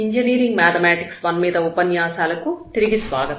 engineering mathematics I మీద ఉపన్యాసాలకు తిరిగి స్వాగతం